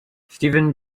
stephen